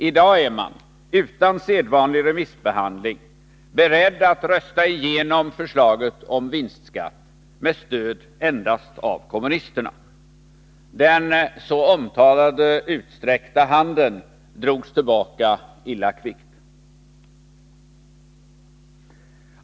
I dag är man utan sedvanlig remissbehandling beredd att rösta igenom förslaget om vinstskatt, med stöd endast av kommunisterna. Den så omtalade utsträckta handen drogs tillbaka illa kvickt.